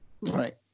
Right